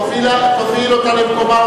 תוביל אותה למקומה,